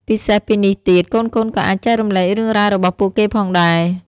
ពិសេសពីនេះទៀត កូនៗក៏អាចចែករំលែករឿងរ៉ាវរបស់ពួកគេផងដែរ។